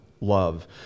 love